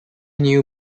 new